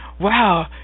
wow